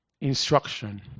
instruction